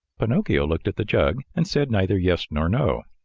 pinocchio looked at the jug and said neither yes nor no.